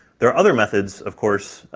there are other methods, of course,